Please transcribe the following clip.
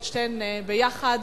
שתיהן ביחד.